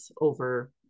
over